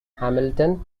hamilton